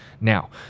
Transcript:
Now